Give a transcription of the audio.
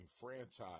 franchise